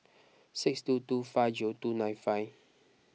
six two two five zero two nine five